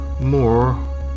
more